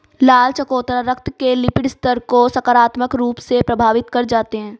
लाल चकोतरा रक्त के लिपिड स्तर को सकारात्मक रूप से प्रभावित कर जाते हैं